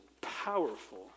powerful